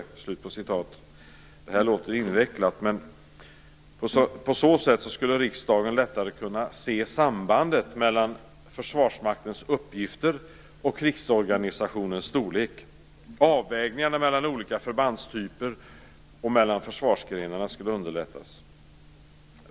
Det här låter invecklat, men på så sätt skulle riksdagen lättare kunna se sambandet mellan Försvarsmaktens uppgifter och krigsorganisationens storlek. Avvägningarna mellan olika förbandstyper och mellan försvarsgrenarna skulle underlättas.